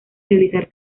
realizar